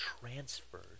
transferred